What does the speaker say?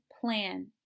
plan